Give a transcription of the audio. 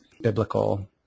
biblical